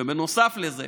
ונוסף לזה,